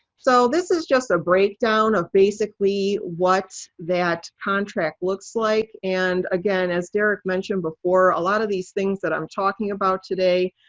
so this is just a breakdown of basically what that contract looks like. and again, as derek mentioned before, a lot of these things that i'm talking about today,